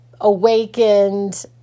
awakened